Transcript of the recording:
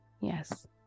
yes